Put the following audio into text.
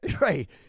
right